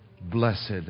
blessed